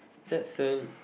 that's a